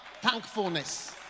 thankfulness